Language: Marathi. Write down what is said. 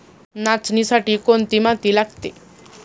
नाचणीसाठी कोणती माती लागते?